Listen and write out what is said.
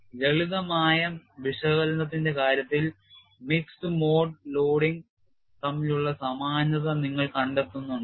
ലളിതമായ വിശകലനത്തിന്റെ കാര്യത്തിൽ മിക്സഡ് മോഡ് ലോഡിംഗ് തമ്മിലുള്ള സമാനത നിങ്ങൾ കണ്ടെത്തുന്നുണ്ടോ